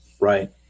right